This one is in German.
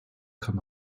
kann